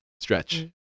Stretch